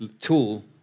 tool